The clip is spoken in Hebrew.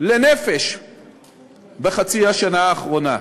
לנפש בחצי השנה האחרונה.